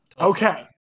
Okay